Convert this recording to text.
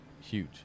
huge